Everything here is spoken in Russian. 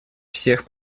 всех